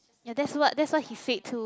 ya that's what that's what he said too